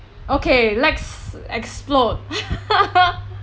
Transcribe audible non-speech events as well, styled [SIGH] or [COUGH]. okay let's explode [LAUGHS]